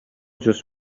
just